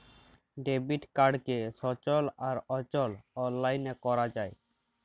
debit কাড়কে সচল আর অচল অললাইলে ক্যরা যায়